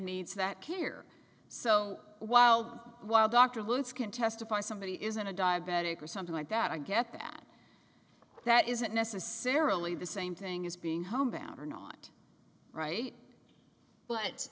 needs that care so while while dr lewis can testify somebody isn't a diabetic or something like that i get that that isn't necessarily the same thing as being homebound or not right but